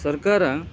ಸರ್ಕಾರ